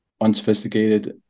unsophisticated